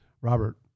Robert